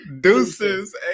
Deuces